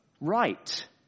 right